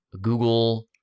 Google